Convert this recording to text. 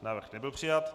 Návrh nebyl přijat.